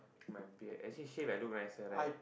my beard actually shave I look nicer right